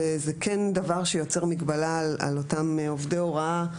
זה כן דבר שיוצר מגבלה על אותם עובדי הוראה.